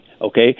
okay